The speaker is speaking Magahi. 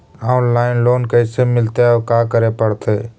औनलाइन लोन कैसे मिलतै औ का करे पड़तै?